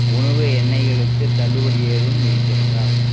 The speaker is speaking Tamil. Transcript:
உணவு எண்ணெய்களுக்கு தள்ளுபடி ஏதுவும் இருக்கிறதா